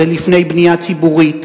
זה לפני בנייה ציבורית,